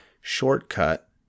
shortcut